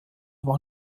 war